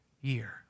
year